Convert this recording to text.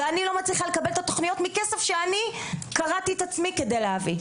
ואני לא מצליחה לקבל את התוכניות מכסף שאני קרעתי את עצמי כדי להביא.